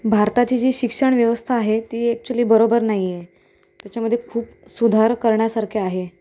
भारताची जी शिक्षण व्यवस्था आहे ती ॲक्चुअली बरोबर नाही आहे त्याच्यामध्ये खूप सुधार करण्यासारखे आहे